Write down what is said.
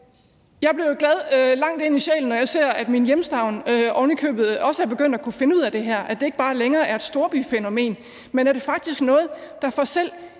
Jeg bliver jo glad langt ind i sjælen, når jeg ser, at min hjemstavn også er begyndt ovenikøbet at kunne finde ud af det her, og at det ikke bare længere er et storbyfænomen, men at det faktisk er noget, som får selv